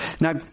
Now